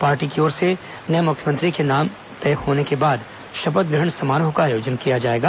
party की ओर से नए मुख्यमंत्री का नाम तय होने के बाद शपथ ग्रहण समारोह का आयोजन किया जाएगा